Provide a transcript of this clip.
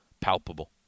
palpable